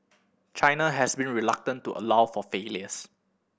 China has been reluctant to allow for failures